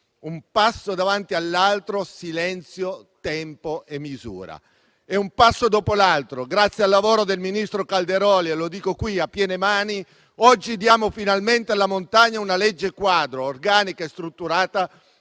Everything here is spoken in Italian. un passo davanti all'altro, silenzio, tempo e misura. Un passo dopo l'altro, grazie al lavoro del ministro Calderoli, lo dico qui a piene mani, diamo oggi finalmente alla montagna una legge quadro organica e strutturata,